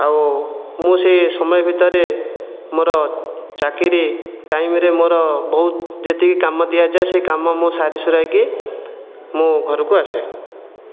ଆଉ ମୁଁ ସେହି ସମୟ ଭିତରେ ମୋର ଚାକିରି ଟାଇମ୍ରେ ମୋର ବହୁତ ଯେତିକି କାମ ଦିଆଯାଏ ସେହି କାମ ମୁଁ ସାରି ସୁରାକି ମୁଁ ଘରକୁ ଆସେ